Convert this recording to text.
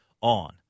on